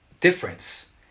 difference